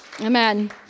Amen